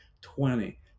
twenty